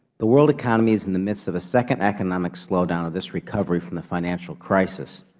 the world economy is in the midst of a second economic slowdown of this recovery from the financial crisis.